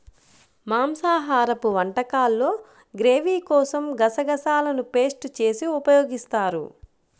మాంసాహరపు వంటకాల్లో గ్రేవీ కోసం గసగసాలను పేస్ట్ చేసి ఉపయోగిస్తారు